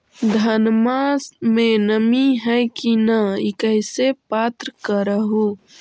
धनमा मे नमी है की न ई कैसे पात्र कर हू?